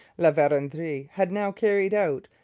la verendrye had now carried out,